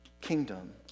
kingdom